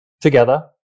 together